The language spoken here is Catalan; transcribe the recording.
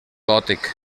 gòtic